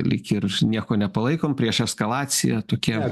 lyg ir nieko nepalaikom prieš eskalaciją tokie